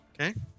okay